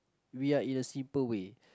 we are in a simple way